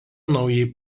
naujai